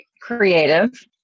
Creative